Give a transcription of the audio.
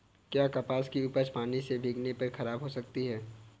क्या कपास की उपज पानी से भीगने पर खराब हो सकती है?